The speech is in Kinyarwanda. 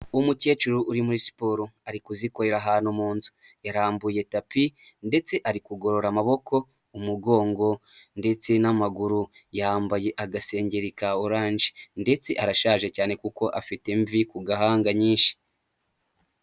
Umukecuru uri muri siporo ari kuzikorera ahantu mu nzu, yarambuye tapi ndetse ari kugorora amaboko, umugongo ndetse n'amaguru, yambaye agasengeri ka oranje ndetse arashaje cyane kuko afite imvi ku gahanga nyinshi.